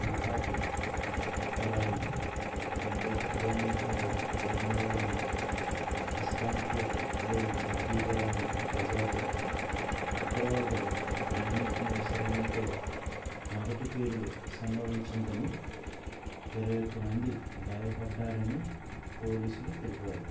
గుహాటీ ఉత్తరాన ఎనభై కిలోమీటర్ల దూరంలో ఉన్న ఇస్లాంపూర్లోని రద్దీగా ఉన్న బజార్లో ఉగ్రవాదులు గ్రెనేడ్ని విసరడంతో మొదటి పేలుడు సంభవించిందని ఇరవై ఒక మంది గాయపడ్డారని పోలీసులు తెలిపారు